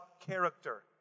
character